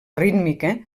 rítmica